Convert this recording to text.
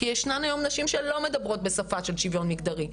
כי ישנן היום נשים שלא מדברות בשפה של שוויון מגדרי,